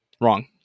Wrong